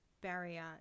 barrier